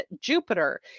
jupiter